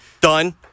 Done